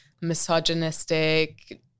misogynistic